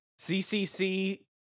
CCC